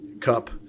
Cup